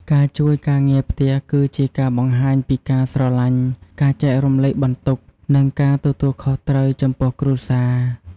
ការជួយការងារផ្ទះ គឺជាការបង្ហាញពីការស្រលាញ់ ការចែករំលែកបន្ទុក និងការទទួលខុសត្រូវចំពោះគ្រួសារ។